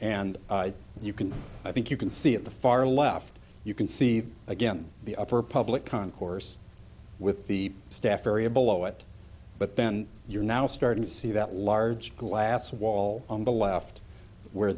and you can i think you can see at the far left you can see again the upper public concourse with the staff area below it but then you're now starting to see that large glass wall on the left where